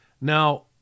Now